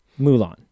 Mulan